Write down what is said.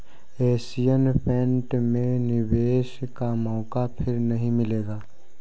Asian paint में निवेश का मौका फिर नही मिलेगा